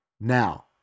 Now